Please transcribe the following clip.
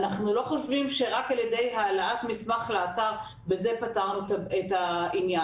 אנחנו לא חושבים שרק על ידי העלאת מסמך לאתר בזה פתרנו את העניין.